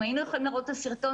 אם היינו יכולים להראות את הסרטון,